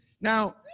now